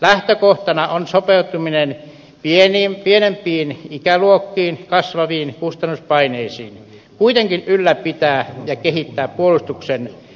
lähtökohtana on sopeutuminen pienempiin ikäluokkiin ja kasvaviin kustannuspaineisiin kuitenkin ylläpitäen ja kehittäen puolustuksen ennaltaehkäisyä